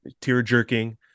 tear-jerking